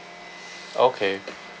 okay